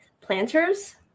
planters